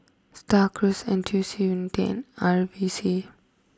Star Cruise N T U C Unity and V C